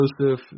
Joseph